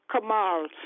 Kamal